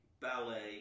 ballet